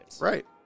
Right